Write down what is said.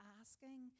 asking